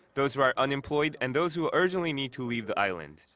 those who are unemployed and those who urgently need to leave the island.